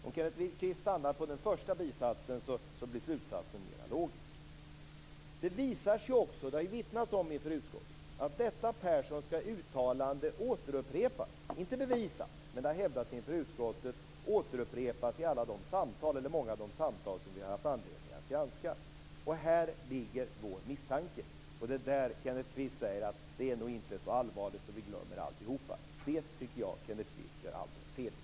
Om Kenneth Kvist stannar på den första bisatsen blir slutsatsen mer logisk. Det visar sig också - och det har vittnats om det inför utskottet - att detta Perssonska uttalande återupprepas i många av de samtal som vi har haft anledning att granska. Det är inte bevisat, men det har hävdats inför utskottet. Här ligger vår misstanke. Det är där Kenneth Kvist säger: Det är nog inte så allvarligt, så vi glömmer alltihop. Det tycker jag att Kenneth Kvist gör alldeles fel i.